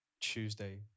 Tuesday